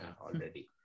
already